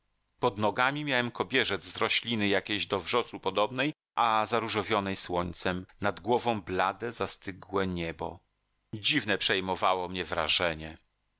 pod nogami miałem kobierzec z rośliny jakiejś do wrzosu podobnej a zaróżowionej słońcem nad głową blade zastygłe niebo dziwne przejmowało mnie wrażenie